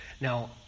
Now